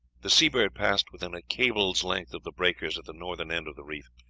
the seabird passed within a cable's length of the breakers at the northern end of the reef.